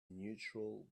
neutral